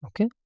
Okay